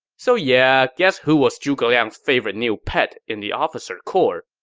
so yeah, guess who was zhuge liang's favorite new pet in the officer corps.